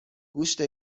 گوشت